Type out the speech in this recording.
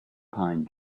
pine